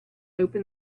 open